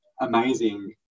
amazing